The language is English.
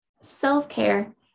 self-care